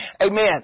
Amen